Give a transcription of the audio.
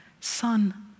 son